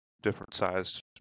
different-sized